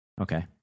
Okay